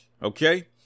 Okay